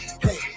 hey